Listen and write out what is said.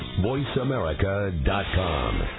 voiceamerica.com